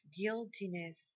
guiltiness